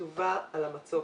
כתובה על המצוק.